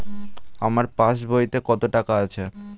আমার পাস বইতে কত টাকা আছে?